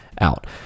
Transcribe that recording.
out